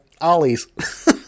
ollie's